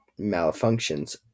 malfunctions